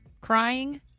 Crying